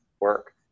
work